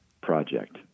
project